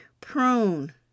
prune